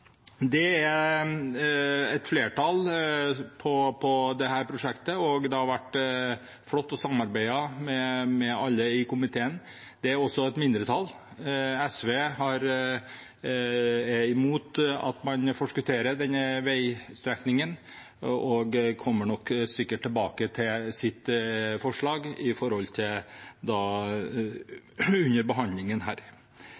Det er altså flertall for dette prosjektet, og det har vært flott å samarbeide med alle i komiteen. Et mindretall, SV, er imot at man forskutterer denne veistrekningen, og de kommer sikkert tilbake til sitt forslag